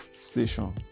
station